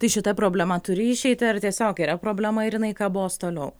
tai šita problema turi išeitį ar tiesiog yra problema ir jinai kabos toliau